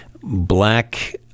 black